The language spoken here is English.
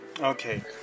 Okay